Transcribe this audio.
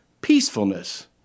peacefulness